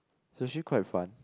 it's actually quite fun